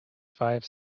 five